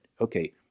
okay